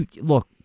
look